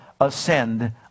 ascend